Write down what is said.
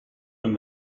and